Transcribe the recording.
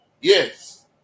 Yes